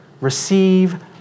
receive